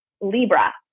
libra